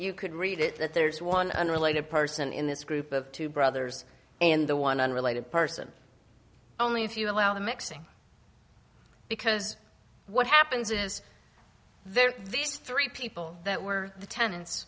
you could read it that there's one unrelated person in this group of two brothers and the one unrelated person only if you allow the mixing because what happens is there are these three people that were the ten